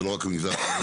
זה לא רק המגזר החרדי,